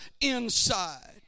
inside